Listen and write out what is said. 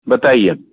बताइये